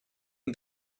and